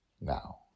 now